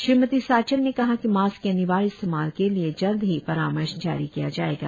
श्रीमती साचन ने कहा कि मास्क के अनिवार्य इस्तेमाल के लिए जल्द ही परामर्श जारी किया जाएगा